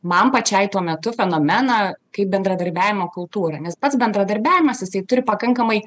man pačiai tuo metu fenomeną kai bendradarbiavimo kultūrinis pats bendradarbiavimas jisai turi pakankamai